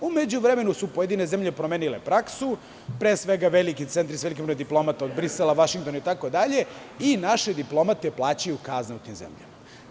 U međuvremenu su pojedine zemlje promenile praksu, pre svega veliki centri diplomata, od Brisela, Vašingtona itd. i naše diplomate plaćaju kazne u tim zemljama.